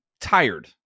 tired